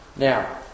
Now